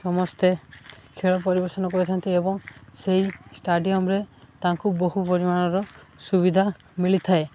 ସମସ୍ତେ ଖେଳ ପରିବେଷନ କରିଥାନ୍ତି ଏବଂ ସେଇ ଷ୍ଟାଡିୟମ୍ରେ ତାଙ୍କୁ ବହୁ ପରିମାଣର ସୁବିଧା ମିଳିଥାଏ